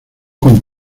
con